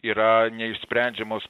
yra neišsprendžiamos